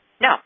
no